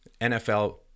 NFL